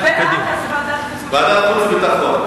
ההצעה להעביר את הנושא לוועדת החוץ והביטחון נתקבלה.